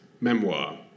memoir